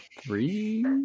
three